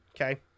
Okay